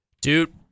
Dude